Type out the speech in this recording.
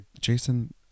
Jason